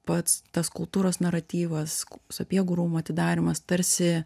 pats tas kultūros naratyvas sapiegų rūmų atidarymas tarsi